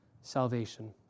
salvation